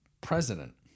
president